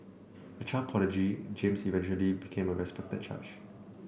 a child prodigy James eventually became a respected judge